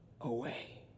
away